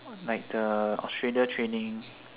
on like the australia training